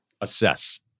Assess